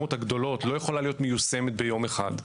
הרפורמות הגדולות לא יכולה להיות מיושמת ביום אחד.